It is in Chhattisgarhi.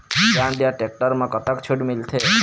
जॉन डिअर टेक्टर म कतक छूट मिलथे?